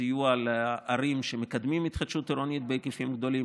סיוע לערים שמקדמות התחדשות עירונית בהיקפים גדולים,